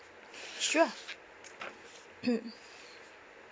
sure